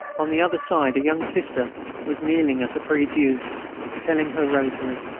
on the other side a young sister was kneeling at a prie-dieu, telling her rosary.